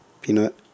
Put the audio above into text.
Peanut